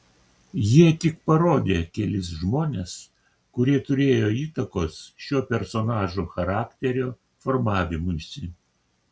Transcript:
jie tik parodė kelis žmones kurie turėjo įtakos šio personažo charakterio formavimuisi